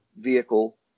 vehicle